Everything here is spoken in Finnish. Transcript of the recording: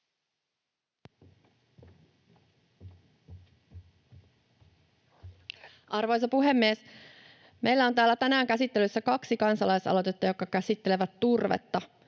Arvoisa puhemies! Meillä on täällä tänään käsittelyssä kaksi kansalaisaloitetta, jotka käsittelevät turvetta.